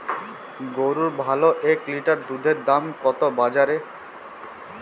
গরুর ভালো এক লিটার দুধের দাম কত বাজারে?